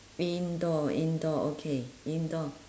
indoor indoor okay indoor